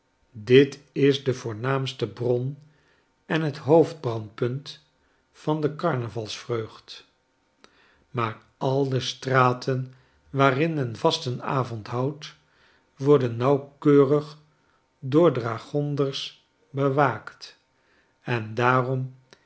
dit is de voornaamste bron en het hoofdbrandpunt van de carnavalsvreugd maar al de straten waarin men vastenavond houdt worden nauwkeurig door dragonders bewaakt en daarom